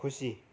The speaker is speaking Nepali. खुसी